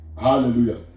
Hallelujah